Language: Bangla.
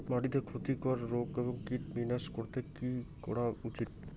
মাটিতে ক্ষতি কর রোগ ও কীট বিনাশ করতে কি করা উচিৎ?